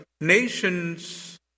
nations